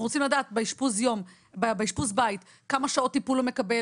אנחנו רוצים לדעת באשפוז בית כמה שעות טיפול הוא מקבל,